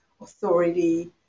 authority